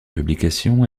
publication